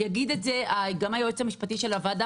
יגיד את זה גם היועץ המשפטי של הוועדה,